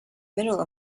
middle